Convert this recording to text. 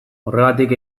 horregatik